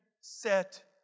set